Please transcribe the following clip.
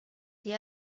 sie